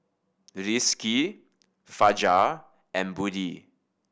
Rizqi Fajar and Budi